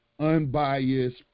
unbiased